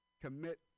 commit